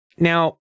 Now